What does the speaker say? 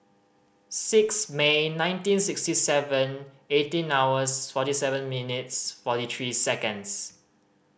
six May nineteen sixty seven eighteen hours forty seven minutes forty three seconds